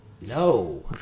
no